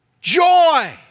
joy